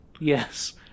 Yes